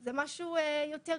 זה משהו יותר קל,